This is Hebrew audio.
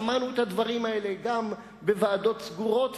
שמענו את הדברים האלה גם בוועדות סגורות,